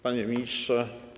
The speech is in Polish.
Panie Ministrze!